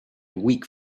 weak